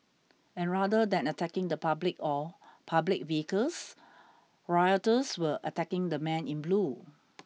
and rather than attacking the public or public vehicles rioters were attacking the men in blue